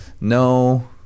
No